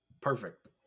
perfect